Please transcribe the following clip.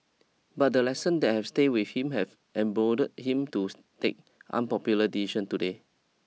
but the lessons that have stayed with him have emboldened him to stake unpopular decisions today